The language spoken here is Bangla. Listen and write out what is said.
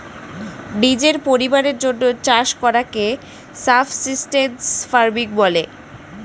নিজের পরিবারের জন্যে চাষ করাকে সাবসিস্টেন্স ফার্মিং বলে